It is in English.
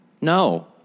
No